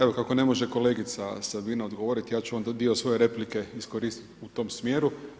Evo kako ne može kolegica Sabina odgovoriti, ja ću onda dio svoje replike iskoristit u tom smjeru.